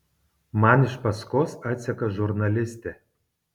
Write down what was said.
man iš paskos atseka žurnalistė